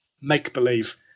make-believe